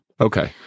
Okay